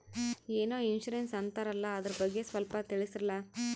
ಏನೋ ಇನ್ಸೂರೆನ್ಸ್ ಅಂತಾರಲ್ಲ, ಅದರ ಬಗ್ಗೆ ಸ್ವಲ್ಪ ತಿಳಿಸರಲಾ?